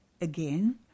again